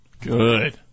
Good